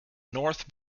north